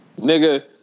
nigga